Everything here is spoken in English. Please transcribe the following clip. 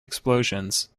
explosions